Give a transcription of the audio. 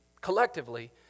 collectively